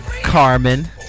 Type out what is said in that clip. Carmen